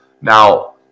Now